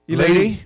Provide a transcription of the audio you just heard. lady